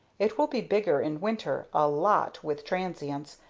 it will be bigger in winter, a lot, with transients,